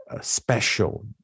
special